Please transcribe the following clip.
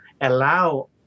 allow